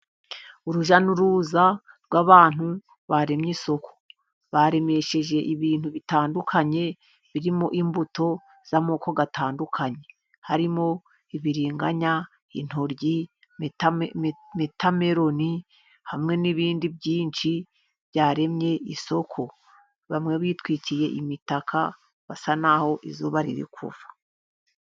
Urujya n'uruza rw'abantu baremye isoko, baremesheje ibintu bitandukanye, birimo imbuto z'amoko atandukanye, harimo ibibiringanya, intoryi, wotameloni hamwe n'ibindi byinshi byaremye isoko, bamwe bitwikiye imitaka basa naho izuba riri kuva.